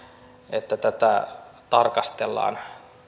että tätä tarkastellaan